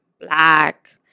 black